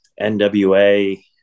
NWA